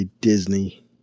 disney